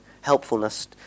helpfulness